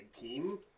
team